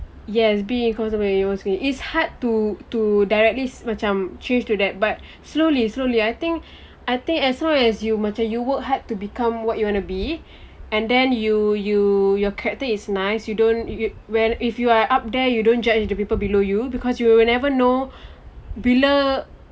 yes be comfortable in your own skin it's hard to to directly macam choose to that but slowly slowly I think I think as long as you macam you work hard to become what you want to be and then you you your character is nice you don't you when if you are up there you don't judge the people below you because you never know bila